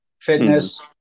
Fitness